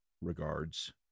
regards